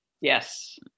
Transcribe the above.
yes